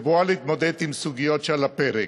בבואה להתמודד עם סוגיות שעל הפרק.